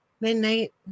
midnight